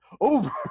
over